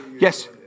yes